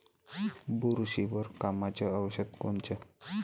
बुरशीवर कामाचं औषध कोनचं?